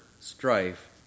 strife